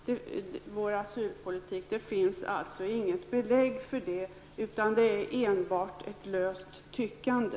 Men det finns inga belägg för ett sådant påstående. Det handlar i stället enbart om ett löst tyckande.